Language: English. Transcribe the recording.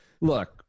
look